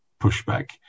pushback